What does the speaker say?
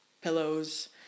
pillows